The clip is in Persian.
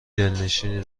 دلنشینی